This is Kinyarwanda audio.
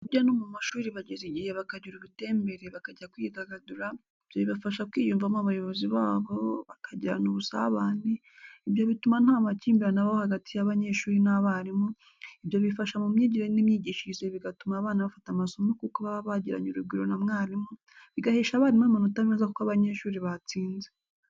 Burya no mu mashuri bageza igihe bakagira ubutembere bakajya kwidagadura, ibyo bibafasha kwiyumvamo abayobozi babo, bakagirana ubusabane, ibyo bituma nta makimbirane abaho hagati y'abanyeshuri n'abarimu, ibyo bifasha mu myigire n'imyigishirize bigatuma abana bafata amasomo kuko baba bagiranye urugwiro na mwarimu, bigahesha abarimu amanota meza kuko abanyeshuri batsinze.